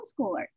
homeschooler